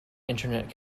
internet